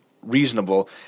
Reasonable